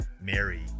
Mary